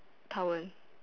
town won't